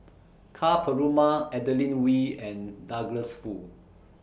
Ka Perumal Adeline Ooi and Douglas Foo